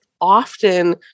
often